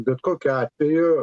bet kokiu atveju